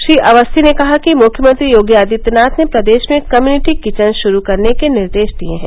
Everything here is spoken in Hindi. श्री अवस्थी ने कहा कि मुख्यमंत्री योगी आदित्यनाथ ने प्रदेश में कम्युनिटी किचन श्रू करने के निर्देश दिए हैं